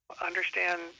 Understand